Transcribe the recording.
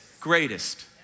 greatest